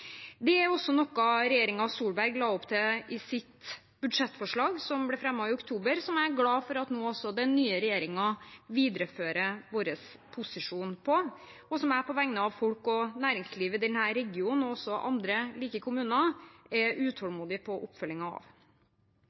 Det er også noe regjeringen Solberg la opp til i sitt budsjettforslag, som ble fremmet i oktober, som jeg er glad for at den nye regjeringen viderefører vår posisjon på, og som jeg på vegne av folk og næringsliv i denne regionen, og også andre like kommuner, er utålmodig etter oppfølgingen av.